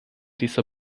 dieser